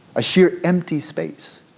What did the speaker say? a sheer empty space,